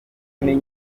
iyi